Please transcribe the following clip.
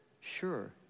Sure